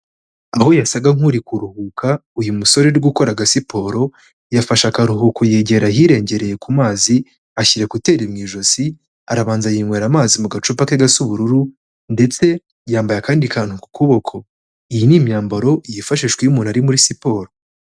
Aho yasaga nk'uri kuruhuka, uyu musore uri gukora agasiporo, yafashe akaruhuko yegera ahirengereye ku mazi, ashyira ekuteri mu ijosi, arabanza yinywera amazi mu gacupa ke gasa ubururu ndetse yambaye akandi kantu ku kuboko, iyi ni imyambaro yifashishwa iyo umuntu ari muri siporo.